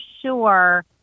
sure